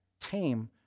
tame